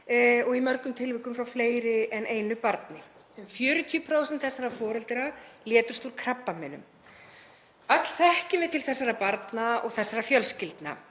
og í mörgum tilvikum frá fleiri en einu barni. Um 40% þessara foreldra létust úr krabbameinum. Öll þekkjum við til þessara barna og þessara fjölskyldna